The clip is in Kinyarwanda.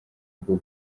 bwo